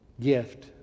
gift